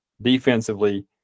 defensively